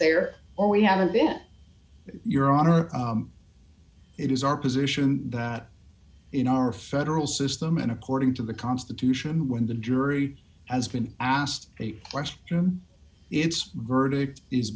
there or we haven't been your honor it is our position that in our federal system and according to the constitution when the jury has been asked a question its verdict is